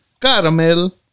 caramel